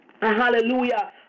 Hallelujah